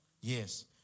Yes